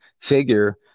figure